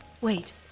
Wait